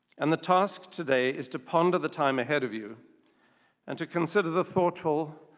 and the task today is to ponder the time ahead of you and to consider the thoughtful,